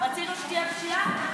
רצינו שתהיה פשיעה?